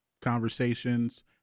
conversations